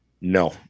No